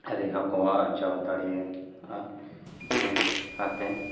ᱟᱹᱨᱤ ᱦᱚᱸᱠᱚ ᱟᱨᱡᱟᱣ ᱫᱟᱲᱮᱭᱟᱜᱼᱟ ᱤᱱᱟᱹ ᱞᱮᱠᱟᱛᱮ